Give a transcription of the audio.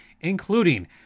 including